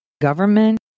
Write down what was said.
government